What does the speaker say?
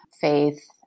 faith